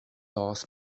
laws